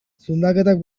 zundaketak